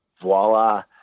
voila